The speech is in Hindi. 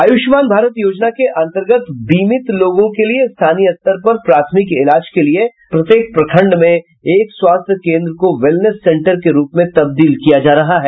आयुष्मान भारत योजना के अंतर्गत बिमित लोगों के लिये स्थानीय स्तर पर प्राथमिक इलाज के लिये प्रत्येक पंखड में एक स्वास्थ्य केंद्र को वेलनेस सेंटर के रूप में तब्दील किया जा रहा है